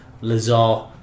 Lazar